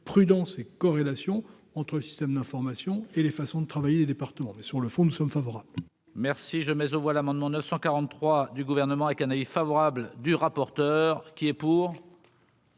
prudence et corrélation entre systèmes d'information et les façons de travailler, des départements, mais sur le fond, nous sommes favorables.